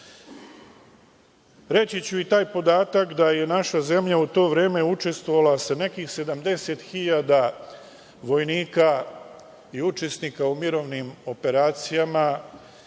tome. Reći ću i taj podatak da je naša zemlja u to vreme učestvovala sa nekih 70 hiljada vojnika i učesnika u mirovnim operacijama,